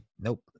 Nope